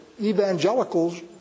evangelicals